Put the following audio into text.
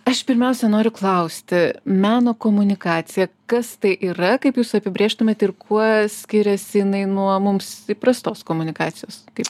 aš pirmiausia noriu klausti meno komunikacija kas tai yra kaip jūs apibrėžtumėt ir kuo skiriasi jinai nuo mums įprastos komunikacijos kaip